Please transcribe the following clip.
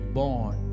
born